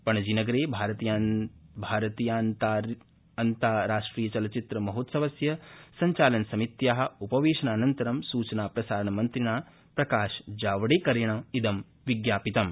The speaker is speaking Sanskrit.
पणजीनगरे भारतीयान्ताराष्ट्रियचलच्चित्रमहोत्सवस्य संचालनसमित्या उपवेशनानन्तरं सूचनाप्रसारणमन्त्रिणा प्रकाशजावड़ेकरेण इद विज्ञापितम्